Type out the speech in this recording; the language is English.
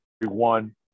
one